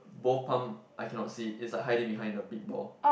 both palm I cannot see it's like hiding behind the big ball